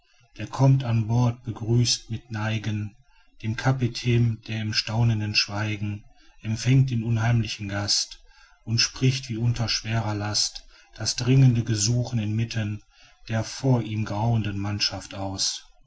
der kommt an bord begrüßt mit neigen den kapitän der in staunendem schweigen empfängt den unheimlichen gast und spricht wie unter schwerer last das dringende gesuch inmitten der vor ihm grauenden mannschaft aus